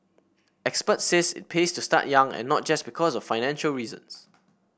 experts said it pays to start young and not just because of financial reasons